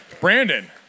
Brandon